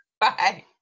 Bye